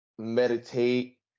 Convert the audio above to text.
Meditate